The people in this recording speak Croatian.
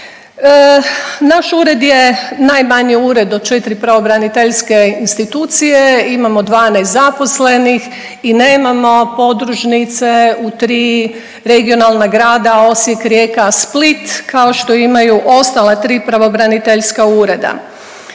Naš ured je najmanji ured od četri pravobraniteljske institucije, imamo 12 zaposlenih i nemamo podružnice u tri regionalna grada Osijek, Rijeka, Split kao što imaju ostala tri pravobraniteljska ureda.